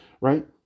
right